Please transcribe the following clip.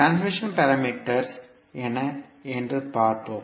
transfer பாராமீட்டர்கள் என்ன என்று பார்ப்போம்